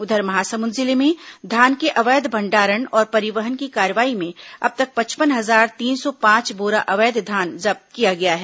उधर महासमुंद जिले में धान के अवैध भंडारण और परिवहन की कार्रवाई में अब तक पचपन हजार तीन सौ पांच बोरा अवैध धान जब्त किया गया है